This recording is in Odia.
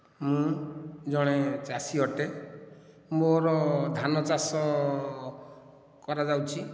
ମୁଁ ଜଣେ ଚାଷୀ ଅଟେ ମୋର ଧାନ ଚାଷ କରାଯାଉଛି